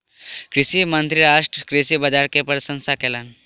कृषि मंत्री राष्ट्रीय कृषि बाजार के प्रशंसा कयलैन